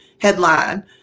headline